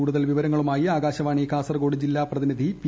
കൂടുതൽ വിവരങ്ങളുമായി ആകാശ്പ്പാണി കാസർകോഡ് ജില്ലാ പ്രതിനിധി പി